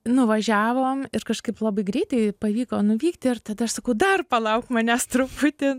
nuvažiavom ir kažkaip labai greitai pavyko nuvykti ir tada aš sakau dar palauk manęs truputį